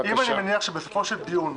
אין להשיב לאשמה.